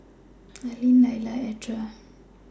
Aylin Layla and Edra